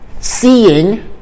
Seeing